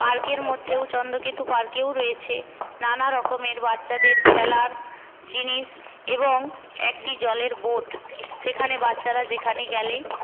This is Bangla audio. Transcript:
পার্কের মধ্যেও চন্দ্রকেতু পার্কেও রয়েছে নানারকমের বাচ্চাদের খেলার জিনিস এবং একটি জলের বোট সেখানে বাচ্চারা যেখানে গেলেই